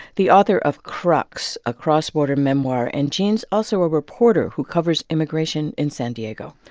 the author of crux a cross-border memoir. and jean's also a reporter who covers immigration in san diego.